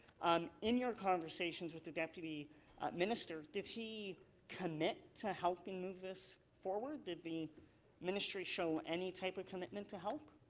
um in your conversations with the deputy minister, did he commit to helping move this forward? did the ministry show any type of commitment to help?